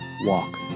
walk